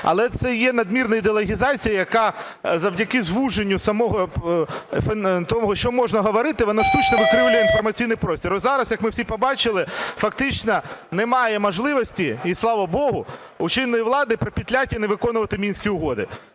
Але це є надмірна делегізація, яка завдяки звуженню самого того, що можна говорити, вона штучно викривлює інформаційний простір. Ось зараз, як ми всі побачили, фактично немає можливості, і слава Богу, у чинної влади "пропетлять" і не виконувати Мінські угоди.